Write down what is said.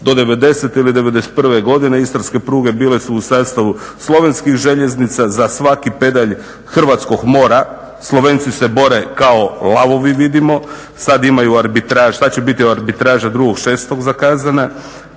Do '90-e ili '91. godine istarske pruge bile su u sastavu slovenskih željeznica. Za svaki pedalj hrvatskog mora Slovenci se bore kao lavovi vidimo, sad imaju arbitražu 2.06. zakazana